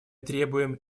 требуем